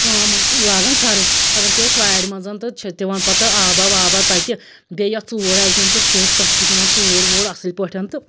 کٲم لاگان کَرٕنۍ کھسان چھِ أسۍ وارِ مَنز تہٕ چھِ دِوان پَتہٕ آباہ واباہ تتہِ بیٚیہِ یتھ ژوٗڈ آسہِ دیٛن تہٕ چھِ أسۍ تتھ تہِ دِوان ژوٗڈ ووٗڈ اصٕل پٲٹھۍ تہٕ